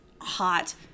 hot